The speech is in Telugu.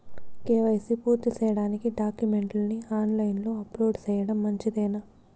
కే.వై.సి పూర్తి సేయడానికి డాక్యుమెంట్లు ని ఆన్ లైను లో అప్లోడ్ సేయడం మంచిదేనా?